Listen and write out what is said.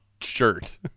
Shirt